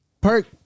Perk